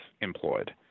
employed